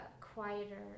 quieter